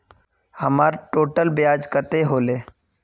हमर टोटल ब्याज कते होले?